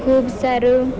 ખૂબ સારું